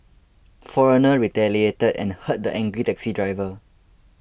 foreigner retaliated and hurt the angry taxi diver